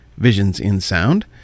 visionsinsound